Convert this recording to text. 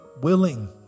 willing